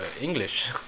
English